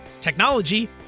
technology